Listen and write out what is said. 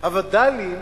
הווד"לים